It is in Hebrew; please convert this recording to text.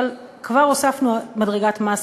אבל כבר הוספנו אז מדרגת מס,